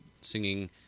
singing